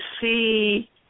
see